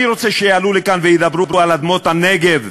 אני רוצה שיעלו לכאן וידברו על אדמות הנגב,